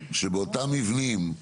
שבאותם מבנים,